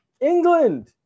England